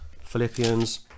philippians